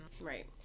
Right